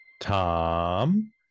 tom